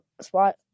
spot